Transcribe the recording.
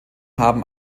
haben